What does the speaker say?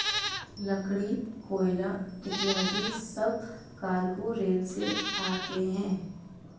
लकड़ी, कोयला इत्यादि सब कार्गो रेल से आते हैं